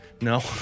No